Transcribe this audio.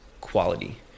quality